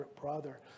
brother